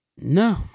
No